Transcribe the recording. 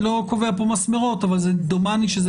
אני לא קובע פה מסמרות אבל דומני שזה